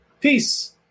Peace